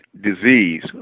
disease